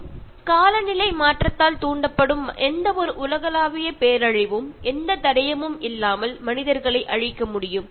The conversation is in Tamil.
Refer Slide Time 1633 காலநிலை மாற்றத்தால் தூண்டப்படும் எந்தவொரு உலகளாவிய பேரழிவும் எந்த தடயமும் இல்லாமல் மனிதர்களை அழிக்க முடியும்